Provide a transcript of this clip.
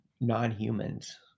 non-humans